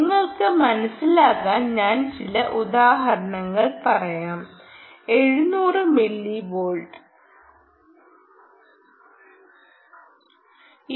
നിങ്ങൾക്ക് മനസിലാക്കാൻ ഞാൻ ചില ഉദാഹരണങ്ങൾ പറയാം 700 മില്ലിവോൾട്ട്